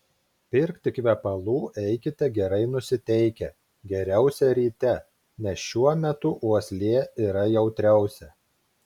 pirkti kvepalų eikite gerai nusiteikę geriausia ryte nes šiuo metu uoslė yra jautriausia